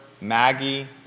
Maggie